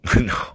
No